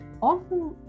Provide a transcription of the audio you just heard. often